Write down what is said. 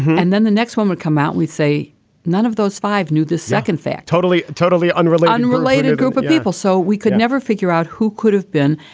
and then the next one would come out. we'd say none of those five knew the second fact. totally, totally unrelated, unrelated group of people. so we could never figure out who could have been.